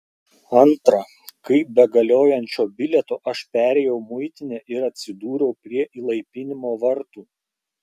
antra kaip be galiojančio bilieto aš perėjau muitinę ir atsidūriau prie įlaipinimo vartų